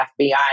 FBI